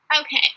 Okay